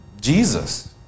Jesus